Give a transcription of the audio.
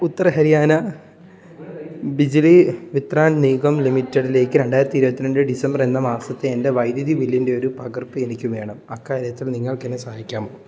ഉത്തര ഹരിയാന ബിജ്ലി വിത്രാൻ നിഗം ലിമിറ്റഡിലേക്ക് രണ്ടായിരത്തി ഇരുപത്തിരണ്ട് ഡിസംബർ എന്ന മാസത്തെ എൻ്റെ വൈദ്യുതി ബില്ലിൻ്റെയൊരു പകർപ്പ് എനിക്കുവേണം അക്കാര്യത്തിൽ നിങ്ങൾക്കെന്നെ സഹായിക്കാമോ